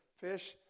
fish